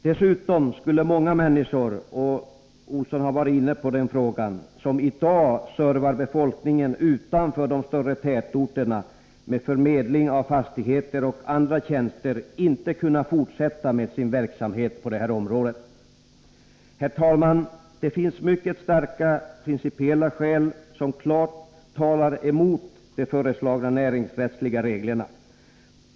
Dessutom skulle många människor som i dag servar befolkningen utanför de stora tätorterna med förmedling av fastigheter och andra tjänster inte kunna fortsätta med sin verksamhet på det här området. Martin Olsson har tidigare varit inne på denna fråga. Herr talman! Det finns mycket starka principiella skäl som talar mot de föreslagna näringsrättsliga reglerna.